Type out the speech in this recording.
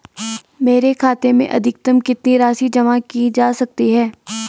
मेरे खाते में अधिकतम कितनी राशि जमा की जा सकती है?